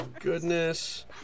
goodness